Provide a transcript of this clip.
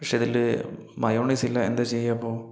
പക്ഷേ ഇതില് മയൊണൈസ് ഇല്ല എന്താ ചെയ്യുക അപ്പോൾ